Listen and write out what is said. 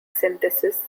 synthesis